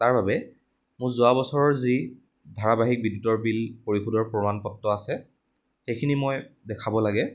তাৰ বাবে মোৰ যোৱা বছৰৰ যি ধাৰাবাহিক বিদ্যুতৰ বিল পৰিশোধৰ প্ৰমাণ পত্ৰ আছে সেইখিনি মই দেখাব লাগে